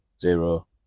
zero